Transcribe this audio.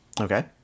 Okay